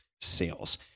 sales